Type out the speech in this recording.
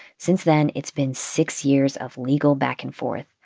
since then, it's been six years of legal back and forth.